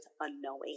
unknowing